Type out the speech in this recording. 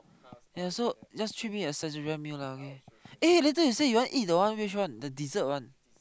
ya so just treat me a Saizeriya meal lah okay eh later you say you want to eat that one which one the dessert one